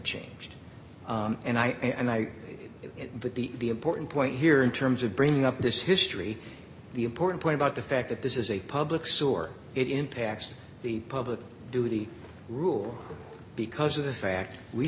changed and i and i get it but the important point here in terms of bringing up this history the important point about the fact that this is a public sore it impacts the public duty rule because of the fact we